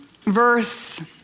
verse